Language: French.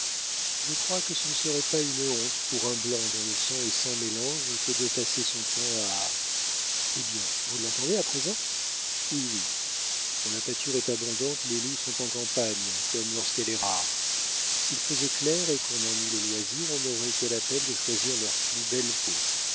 je crois que ce ne serait pas une honte pour un blanc dont le sang est sans mélange que de passer son temps à eh bien vous l'entendez à présent oui oui quand la pâture est abondante les loups sont en campagne comme lorsqu'elle est rare s'il faisait clair et qu'on en eût le loisir on n'aurait que la peine de choisir leurs plus belles peaux